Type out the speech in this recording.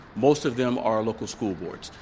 most of them are local school boards.